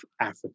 Africa